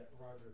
Roger